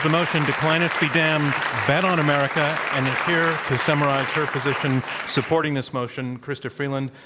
motion declinists be damned bet on america and here to summarize her position supporting this motion chrystia freeland,